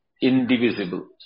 indivisible